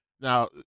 Now